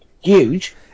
huge